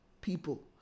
People